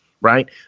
right